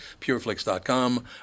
pureflix.com